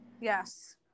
Yes